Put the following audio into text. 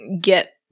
get